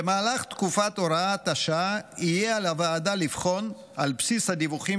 במהלך תקופת הוראת השעה יהיה על הוועדה לבחון על בסיס הדיווחים